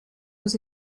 aux